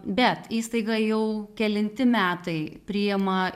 bet įstaiga jau kelinti metai priima